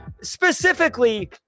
Specifically